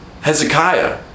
Hezekiah